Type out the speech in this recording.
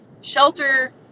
Shelter